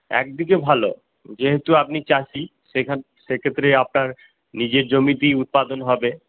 একদিকে ভালো যেহেতু আপনি চাষী সেক্ষেত্রে আপনার নিজের জমিতেই উৎপাদন হবে